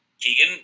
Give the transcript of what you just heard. Keegan